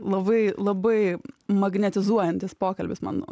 labai labai magnetizuojantis pokalbis mano